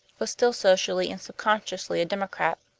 was still socially and subconsciously a democrat.